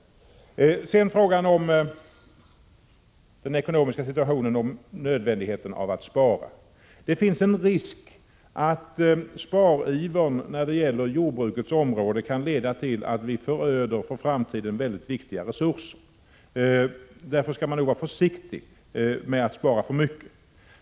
Beträffande frågan om den ekonomiska situationen och nödvändigheten av att spara finns det en risk att sparivern inom jordbrukets område kan leda till att vi föröder viktiga resurser för framtiden. Därför skall man nog vara försiktig och inte spara för mycket.